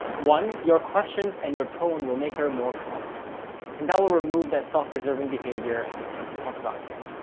one, your questions and your tone will make her more calm and that will remove that self preserving behavior as we talked about here.